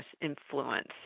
influence